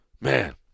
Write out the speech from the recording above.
Man